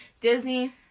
Disney